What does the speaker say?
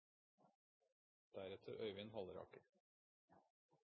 på Øyvind Halleraker.